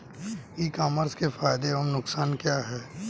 ई commerce के फायदे एवं नुकसान क्या हैं?